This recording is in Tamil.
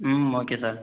ம் ஓகே சார்